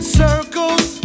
circles